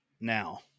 now